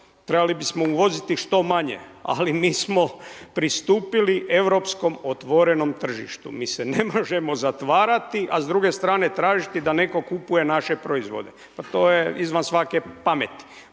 trebali bi smo uvoziti što manje. Ali mi smo pristupili europskom otvorenom tržištu. Mi se ne možemo zatvarati, a s druge strane tražiti da netko kupuje naše proizvode, pa to je izvan svake pameti.